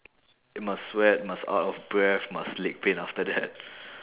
must sweat must out of breath must leg pain after that